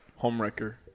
Homewrecker